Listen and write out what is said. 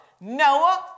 Noah